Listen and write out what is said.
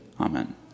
Amen